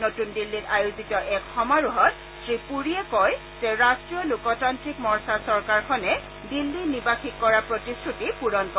নতুন দিল্লীত আয়োজিত এক সমাৰোহত শ্ৰীপৰীয়ে কয় যে ৰাট্টীয় লোকতান্ত্ৰিক মৰ্চা চৰকাৰখনে দিল্লী নিৱাসীক কৰা প্ৰতিশ্ৰুতি পূৰণ কৰে